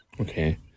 Okay